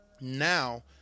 now